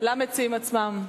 למציעים עצמם.